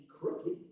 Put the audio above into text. crooked